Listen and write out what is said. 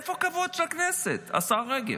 איפה הכבוד של הכנסת, השרה רגב?